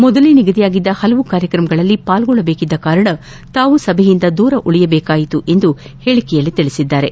ಮೊದಲೇ ನಿಗದಿಯಾಗಿದ್ದ ಹಲವು ಕಾರ್ಯಕ್ರಮಗಳಲ್ಲಿ ಪಾಲ್ಗೊಳ್ಳಬೇಕಿದ್ದ ಕಾರಣ ತಾವು ಸಭೆಯಿಂದ ದೂರ ಉಳಿಯಬೇಕಾಯಿತು ಎಂದು ಹೇಳಿಕೆಯಲ್ಲಿ ತಿಳಿಸಿದ್ದಾರೆ